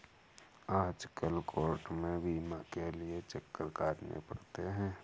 आजकल कोर्ट में बीमा के लिये चक्कर काटने पड़ते हैं